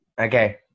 Okay